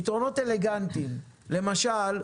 הפתרונות אלגנטיים.למשל,